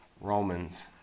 Romans